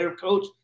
coach